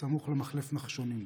סמוך למחלף נחשונים.